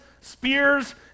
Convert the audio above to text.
spears